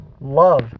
love